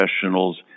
professionals